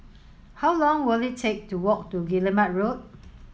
how long will it take to walk to Guillemard Road